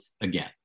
again